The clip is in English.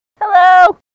Hello